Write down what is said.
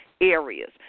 areas